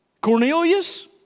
Cornelius